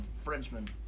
Frenchman